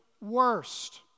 worst